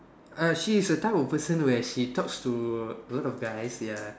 uh she is the type of person where she talks to a lot of guys ya